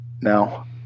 now